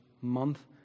month